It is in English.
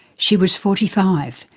she was forty five,